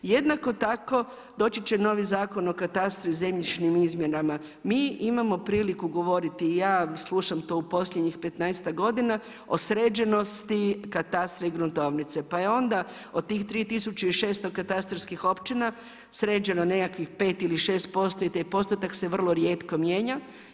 Jednako tako, doći će novi Zakon o katastru i zemljišnim izmjenama, mi imamo priliku govoriti, ja slušam to u posljednjih petnaestak godina, o sređenosti katastra i gruntovnice, pa je onda od tih 3600 katastarskih općina sređeno nekakvih 5 ili 6% i taj postotak se vrlo rijetko mijenja.